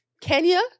Kenya